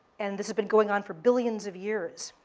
and this has been going on for billions of years.